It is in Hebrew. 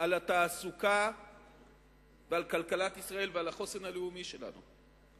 על התעסוקה ועל כלכלת ישראל ועל החוסן הלאומי שלנו.